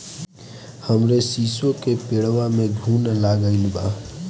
हमरे शीसो के पेड़वा में घुन लाग गइल बा